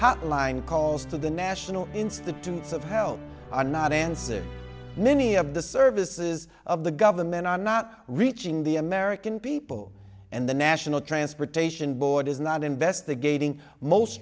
hotline calls to the national institutes of health are not answered many of the services of the government are not reaching the american people and the national transportation board is not investigating most